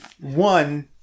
one